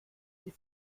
sie